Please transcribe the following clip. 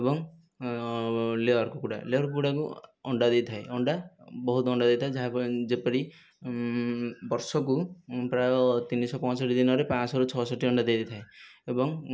ଏବଂ ଲେୟର କୁକୁଡ଼ା ଲେୟର କୁକୁଡ଼ାକୁ ଅଣ୍ଡା ଦେଇଥାଏ ଅଣ୍ଡା ବହୁତ ଅଣ୍ଡା ଦେଇଥାଏ ଯାହା ଫଳରେ ଯେପରି ବର୍ଷକୁ ପ୍ରାୟ ତିନିଶହ ପଞ୍ଚଷଠି ଦିନରେ ପାଞ୍ଚଶହରୁ ଛଅଶହଟି ଅଣ୍ଡା ଦେଇଥାଏ ଏବଂ